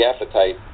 appetite